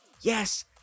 Yes